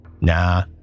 Nah